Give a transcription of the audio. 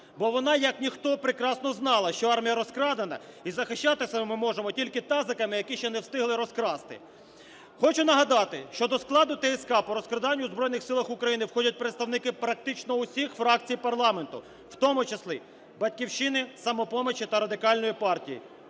бо вона, як ніхто, прекрасно знала, що армія розкрадена і захищатися ми можемо тільки тазиками, які ще не встигли розкрасти. Хочу нагадати, що до складу ТСК по розкраданню в Збройних Силах України входять представники практично всіх фракцій парламенту, в тому числі "Батьківщини", "Самопомочі" та Радикальної партії.